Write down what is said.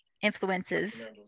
influences